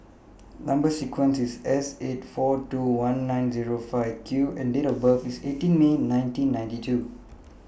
Number sequence IS S eight four two one nine Zero five Q and Date of birth IS eighteen May nineteen ninety two